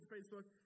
Facebook